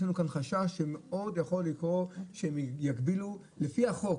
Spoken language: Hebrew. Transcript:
יש לנו כאן חשש מאוד יכול לקרות שיגבילו לפי החוק